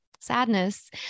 sadness